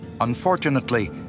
Unfortunately